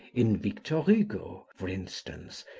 in victor hugo, for instance,